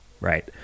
Right